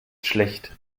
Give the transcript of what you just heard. schlecht